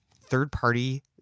third-party